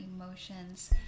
emotions